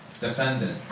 defendant